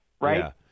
right